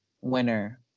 winner